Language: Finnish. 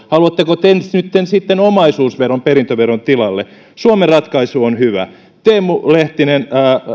haluatteko te nyt sitten omaisuusveron perintöveron tilalle suomen ratkaisu on hyvä teemu lehtinen